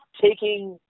taking